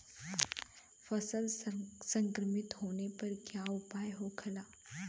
फसल संक्रमित होने पर क्या उपाय होखेला?